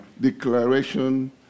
declaration